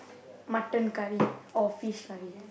mutton curry or fish curry